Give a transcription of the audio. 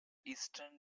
eastern